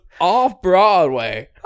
off-Broadway